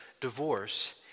divorce